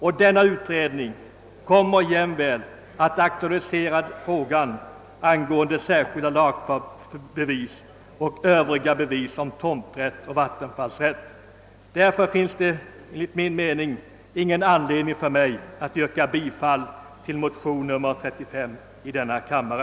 Då denna utredning också kommer att aktualisera frågan angående lagfartsbevis och övriga bevis om tomträtt och vattenfallsrätt, finns det ingen anledning för mig att yrka bifall till motion nr 35 i denna kammare.